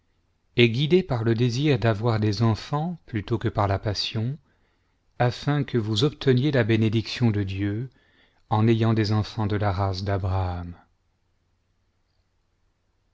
et guidé par le désir d'avoir des enfants plutôt que par la passion afin que vous obteniez la bénédiction de dieu en ayant des enfants de la race d'abraham